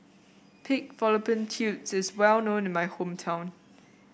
Pig Fallopian Tubes is well known in my hometown